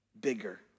bigger